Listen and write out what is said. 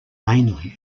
mainly